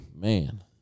man